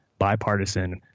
bipartisan